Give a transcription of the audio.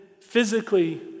physically